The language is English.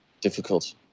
difficult